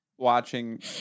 Watching